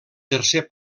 tercer